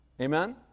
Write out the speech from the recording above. Amen